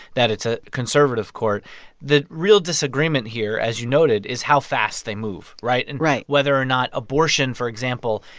that it's a conservative court the real disagreement here, as you noted, is how fast they move, right? and right and whether or not abortion, for example,